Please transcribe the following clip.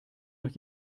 noch